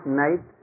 night